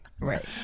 Right